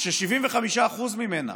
ש-75% ממנה